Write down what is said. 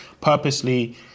purposely